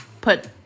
put